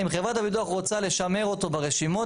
אם חברת הביטוח רוצה לשמר אותו ברשימות